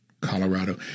Colorado